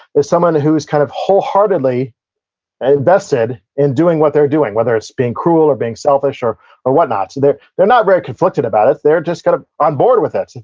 is someone who's kind of wholeheartedly invested in doing what they're doing, whether it's being cruel or being selfish, or or whatnot. they're they're not very conflicted about it. they're just kind of on board with it.